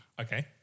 Okay